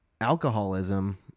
alcoholism